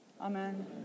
Amen